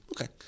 okay